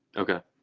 okay.